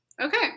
Okay